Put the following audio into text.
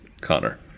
Connor